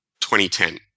2010